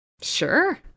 Sure